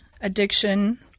addiction